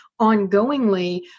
ongoingly